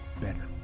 better